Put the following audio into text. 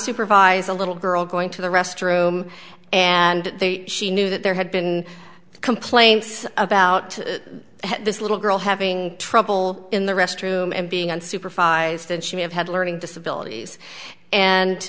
supervise a little girl going to the restroom and she knew that there had been complaints about this little girl having trouble in the restroom and being unsupervised and she may have had learning disabilities and